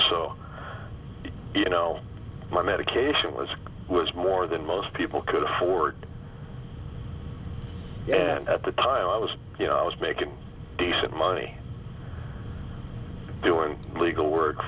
so you know my medication was was more than most people could afford and at the time i was you know i was making decent money doing legal work